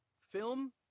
film